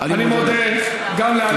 אני מודה גם לעליזה